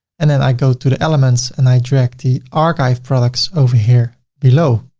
and then i go to the elements and i drag the archive products over here below.